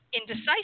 indecisive